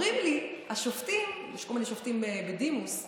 אומרים לי השופטים בדימוס,